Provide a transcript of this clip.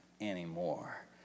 anymore